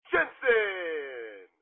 Jensen